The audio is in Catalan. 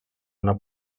una